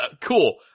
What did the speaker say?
cool